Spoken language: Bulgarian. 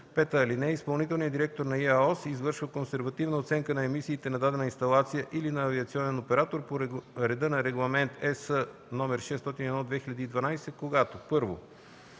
(5) Изпълнителният директор на ИАОС извършва консервативна оценка на емисиите на дадена инсталация или на авиационен оператор по реда на Регламент (ЕС) № 601/2012, когато: 1.